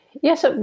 Yes